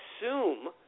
assume